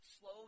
slow